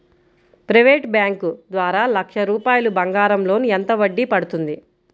Private bank ద్వారా లక్ష రూపాయలు బంగారం లోన్ ఎంత వడ్డీ పడుతుంది?